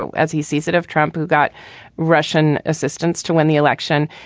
so as he sees it, of trump, who got russian assistance to win the election.